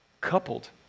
coupled